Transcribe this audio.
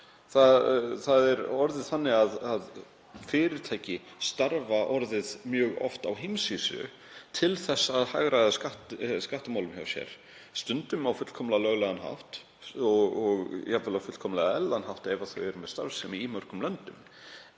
Það er orðið þannig að fyrirtæki starfa mjög oft á heimsvísu til að hagræða skattamálum hjá sér. Stundum er það á fullkomlega löglegan hátt og jafnvel á fullkomlega eðlilegan hátt ef þau eru með starfsemi í mörgum löndum,